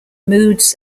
moods